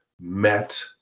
met